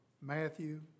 Matthew